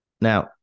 Now